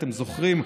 אתם זוכרים,